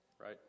right